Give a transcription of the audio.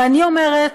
ואני אומרת: